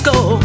go